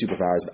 superpowers